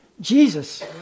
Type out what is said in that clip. Jesus